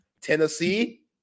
Tennessee